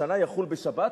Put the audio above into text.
השנה יחול בשבת,